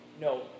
no